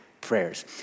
Prayers